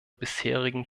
bisherigen